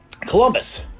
Columbus